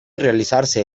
realizarse